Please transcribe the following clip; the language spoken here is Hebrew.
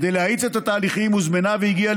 כדי להאיץ את התהליכים הוזמנה והגיעה